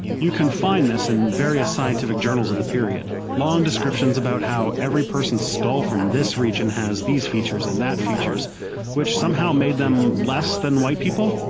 you can find this in various scientific journals of the period. long descriptions about how every person's skull from this region has these features and that features which somehow made them less than white people.